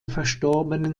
verstorbenen